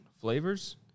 flavors